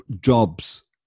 jobs